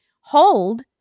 hold